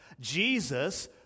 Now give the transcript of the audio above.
Jesus